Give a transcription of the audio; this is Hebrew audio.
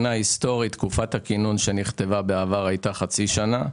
תקופת הכינון שנכתבה בעבר הייתה חצי שנה.